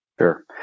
Sure